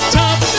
top